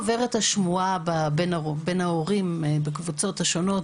עוברת השמועה בין ההורים בקבוצות השונות,